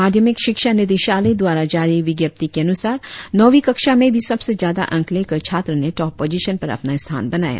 माध्यमिक शिक्षा निदेशालय द्वारा जारी विज्ञप्ति के अनुसार नौवीं कक्षा में भी सबसे ज्यादा अंक लेकर छात्र ने टॉप पोजिशन पर अपना स्थान बनाया